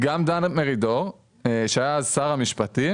גם דן מרידו, שהיה אז שר המשפטים,